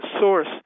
source